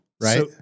right